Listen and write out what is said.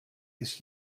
ist